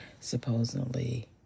supposedly